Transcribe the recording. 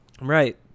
right